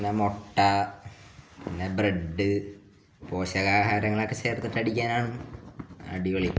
പിന്നെ മുട്ട പിന്നെ ബ്രെഡ് പോഷകാഹാരങ്ങൾ ഒക്കെ ചേർത്തിട്ട് കുടിക്കാനാണ് അടിപൊളി